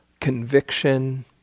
conviction